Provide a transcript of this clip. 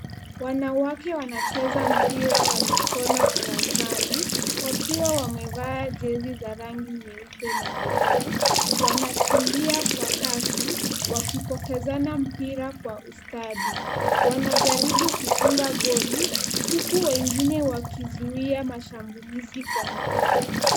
Wanawake wanacheza mipira ya mikono uwanjani, wakiwa wamevaa jezi za rangi nyeupe na buluu. Wanakimbia kwa kasi, wakipokezana mpira kwa kasi. Wanajaribu kufunga goli, huku wengine wakizuia mashambulizi kwa nguvu.